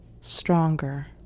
stronger